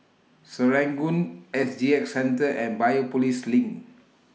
Serangoon S G X Centre and Biopolis LINK